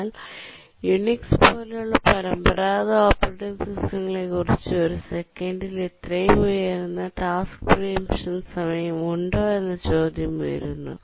എന്നാൽ യുണിക്സ് പോലുള്ള പരമ്പരാഗത ഓപ്പറേറ്റിംഗ് സിസ്റ്റങ്ങളെക്കുറിച്ച് ഒരു സെക്കൻഡിൽ ഇത്രയും ഉയർന്ന ടാസ്ക് പ്രീഎമ്പ്ഷൻ സമയം ഉണ്ടോ എന്ന ചോദ്യം ഉയരുന്നു